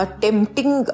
tempting